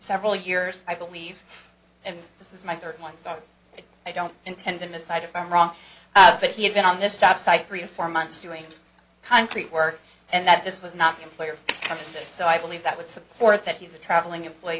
several years i believe and this is my third one so i don't intend to misidentify i'm wrong but he had been on this job site three or four months doing concrete work and that this was not employer compassed so i believe that would support that he's a traveling employee